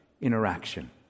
interaction